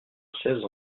seize